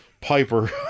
piper